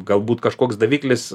galbūt kažkoks daviklis